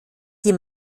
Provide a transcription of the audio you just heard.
die